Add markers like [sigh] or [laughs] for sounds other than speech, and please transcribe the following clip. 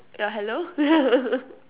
yeah hello [laughs]